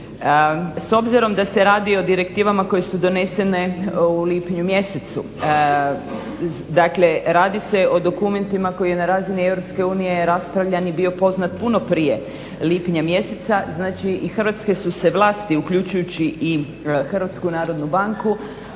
S obzirom da se radi o direktivama koje su donesene u lipnju mjesecu, dakle radi se o dokumentima koji je na razini EU raspravljan i bio poznat puno prije lipnja mjeseca, znači i hrvatske su se vlasti uključujući i HNB mogle